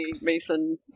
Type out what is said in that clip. Mason